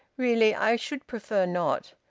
really, i should prefer not!